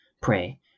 pray